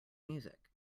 music